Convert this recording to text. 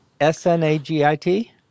s-n-a-g-i-t